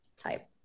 type